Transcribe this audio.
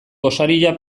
gosaria